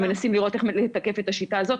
ומנסים לראות איך לתקף את השיטה הזאת.